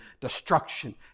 destruction